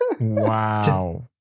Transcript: Wow